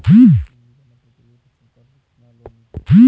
तीन बीघा मटर के लिए फसल पर कितना लोन मिल सकता है?